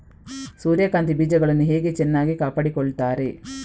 ಸೂರ್ಯಕಾಂತಿ ಬೀಜಗಳನ್ನು ಹೇಗೆ ಚೆನ್ನಾಗಿ ಕಾಪಾಡಿಕೊಳ್ತಾರೆ?